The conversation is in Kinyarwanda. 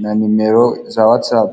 na nimero za watsapu.